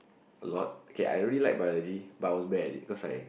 a lot okay I really like biology but was bad it cause I